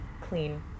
clean